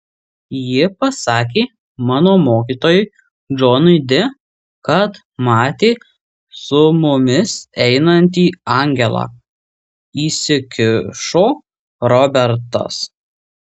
ji pasakė mano mokytojui džonui di kad matė su mumis einantį angelą įsikišo robertas